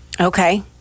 Okay